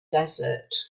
desert